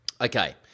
Okay